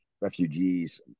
refugees